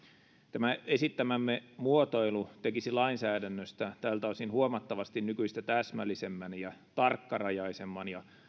tämä esittämämme muotoilu tekisi lainsäädännöstä tältä osin huomattavasti nykyistä täsmällisemmän ja tarkkarajaisemman ja